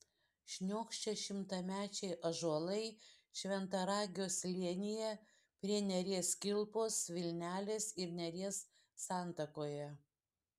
šniokščia šimtamečiai ąžuolai šventaragio slėnyje prie neries kilpos vilnelės ir neries santakoje